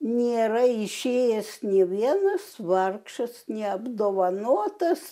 nėra išėjęs nė vienas vargšas neapdovanotas